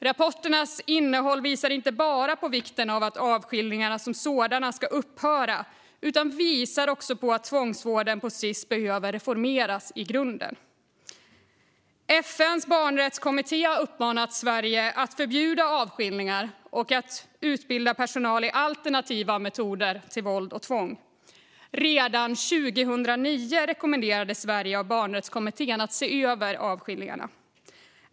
Rapporternas innehåll visar inte bara vikten av att avskiljningar som sådana ska upphöra utan visar också att tvångsvården på Sis behöver reformeras i grunden. FN:s barnrättskommitté har uppmanat Sverige att förbjuda avskiljningar och att utbilda personal i alternativa metoder till våld och tvång. Redan 2009 rekommenderades Sverige av barnrättskommittén att se över avskiljningarna.